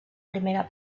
primera